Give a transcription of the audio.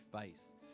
face